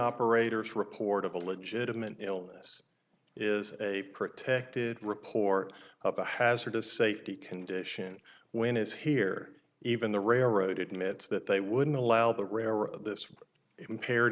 operators report of a legitimate illness is a protected report of a hazardous safety condition when as here even the railroad admits that they wouldn't allow the railroad this is impaired